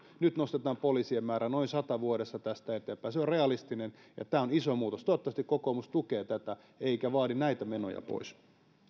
nyt nostetaan poliisien määrää noin sata vuodessa tästä eteenpäin se on realistista ja tämä on iso muutos toivottavasti kokoomus tukee tätä eikä vaadi näitä menoja pois